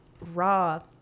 raw